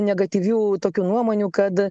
negatyvių tokių nuomonių kad